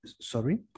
Sorry